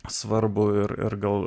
svarbu ir gal